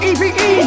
Eve